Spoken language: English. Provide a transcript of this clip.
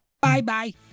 Bye-bye